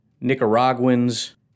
Nicaraguans